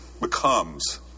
becomes